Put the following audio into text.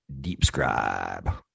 DeepScribe